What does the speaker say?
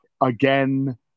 again